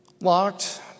locked